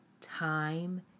time